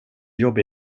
jobb